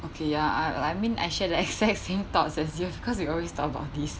okay ya I like I mean I share the exact same thoughts as you because we always talk about this